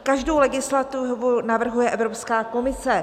Každou legislativu navrhuje Evropská komise.